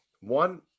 one